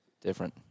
Different